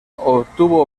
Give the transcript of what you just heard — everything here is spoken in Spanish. obtuvo